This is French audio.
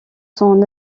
son